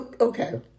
Okay